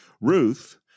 ruth